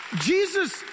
Jesus